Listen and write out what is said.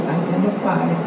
identify